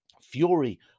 fury